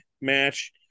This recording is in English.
match